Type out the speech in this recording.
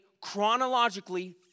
chronologically